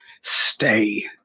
Stay